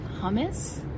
hummus